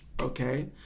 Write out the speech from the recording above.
okay